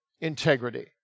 integrity